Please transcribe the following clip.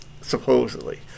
supposedly